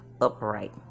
upright